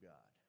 God